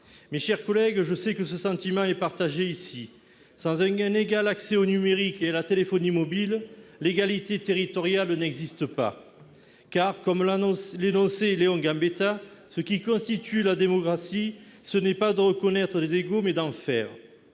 Mes chers collègues, je sais que ce sentiment est partagé ici : sans accès égal au numérique et à la téléphonie mobile, l'égalité territoriale n'existe pas. En effet, comme l'énonçait Léon Gambetta, ce qui constitue la démocratie, ce n'est pas de reconnaître des égaux, mais d'en faire.